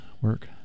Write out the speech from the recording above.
work